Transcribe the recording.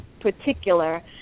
particular